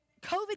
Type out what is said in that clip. COVID